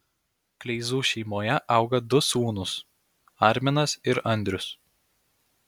kleizų šeimoje auga du sūnūs arminas ir andrius